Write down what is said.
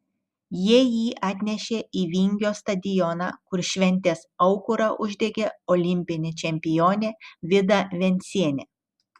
jie jį atnešė į vingio stadioną kur šventės aukurą uždegė olimpinė čempionė vida vencienė